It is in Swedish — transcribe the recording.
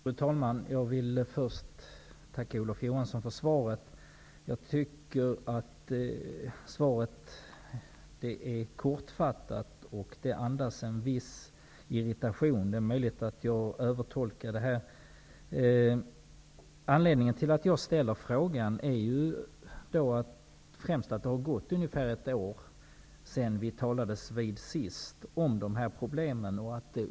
Fru talman! Jag vill först tacka Olof Johansson för svaret. Jag tycker att svaret är kortfattat och att det andas en viss irritation. det är möjligt att jag gör en övertolkning. anledningen till att jag har ställt denna fråga är främst att det har gått ett år sedan vi talades vid senast om dessa problem.